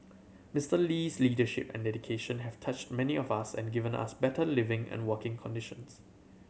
Mister Lee's leadership and dedication have touched many of us and given us better living and working conditions